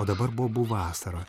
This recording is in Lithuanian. o dabar bobų vasara